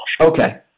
Okay